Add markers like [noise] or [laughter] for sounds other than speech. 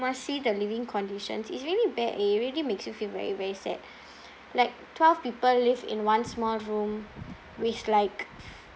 must see the living conditions it's really bad it really makes you feel very very sad [breath] like twelve people live in one small room with like